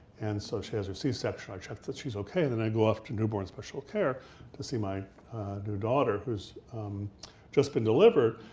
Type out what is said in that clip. and so she has her c-section, i check that she's okay and and then go off to newborn special care to see my new daughter who has just been delivered.